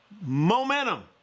momentum